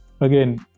again